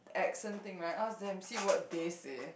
accent thing right ask them see what they say